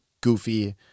goofy